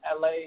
LA